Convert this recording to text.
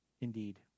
Indeed